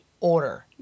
Order